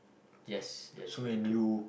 yes yes very true